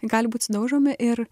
gali būt sudaužomi ir